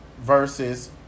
versus